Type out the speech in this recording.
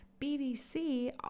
BBC